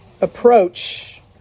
Approach